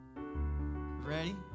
ready